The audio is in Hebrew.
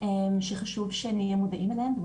וחשוב שנהיה מודעים אליהם: